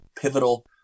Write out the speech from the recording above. pivotal